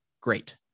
Great